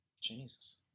Jesus